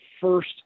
first